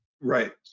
Right